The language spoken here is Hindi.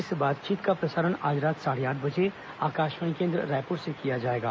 इस बातचीत का प्रसारण आज रात साढ़े आठ बजे आकाशवाणी केन्द्र रायपुर से किया जाएगा